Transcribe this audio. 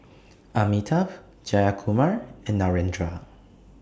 Amitabh Jayakumar and Narendra